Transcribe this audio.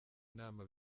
inama